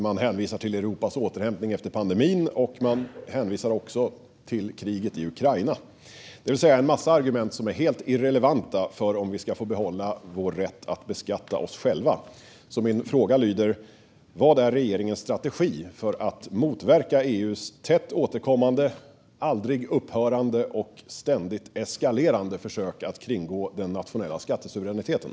Man hänvisar till Europas återhämtning efter pandemin och till kriget i Ukraina. Det här är en massa argument som är helt irrelevanta för huruvida vi ska få behålla vår rätt att beskatta oss själva. Min fråga lyder: Vad är regeringens strategi för att motverka EU:s tätt återkommande, aldrig upphörande och ständigt eskalerande försök att kringgå den nationella skattesuveräniteten?